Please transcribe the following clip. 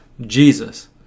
Jesus